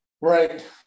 Right